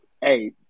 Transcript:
Hey